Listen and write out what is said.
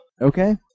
Okay